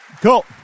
Cool